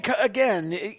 again